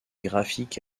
graphique